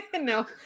No